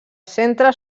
centre